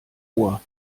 ohr